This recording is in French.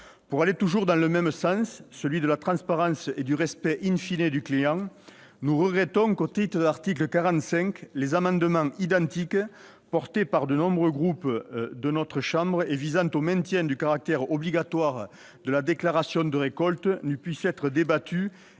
Pour aller toujours dans le même sens, celui de la transparence et du respect du client, nous regrettons que, au titre de l'article 45, les amendements identiques portés par de nombreux groupes de notre assemblée et visant au maintien du caractère obligatoire de la déclaration de récolte ne puissent être débattus